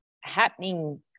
happening